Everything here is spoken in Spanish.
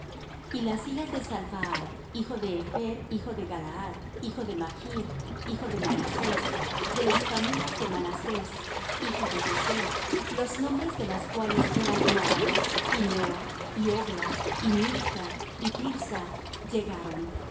y las hijas de salphaad hijo de hepher hijo de galaad hijo de machr hijo de manasés de las familias de manasés hijo de josé los nombres de las cuales eran maala y noa y hogla y milca y tirsa llegaron